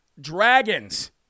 Dragons